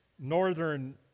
northern